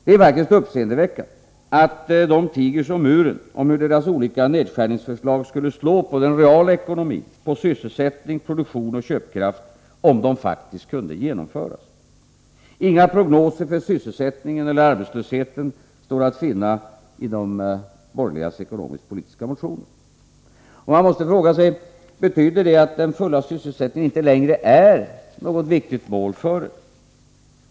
Det är faktiskt uppseendeväckande att de tiger som muren om hur deras olika nedskärningsförslag skulle slå på den reala ekonomin, på sysselsättning, produktion och köpkraft, om de faktiskt kunde genomföras. Inga prognoser för sysselsättning och arbetslöshet står att finna i de borgerligas ekonomisk-politiska motioner. Man måste fråga sig: Betyder det att den fulla sysselsättningen inte längre är ett viktigt mål för er?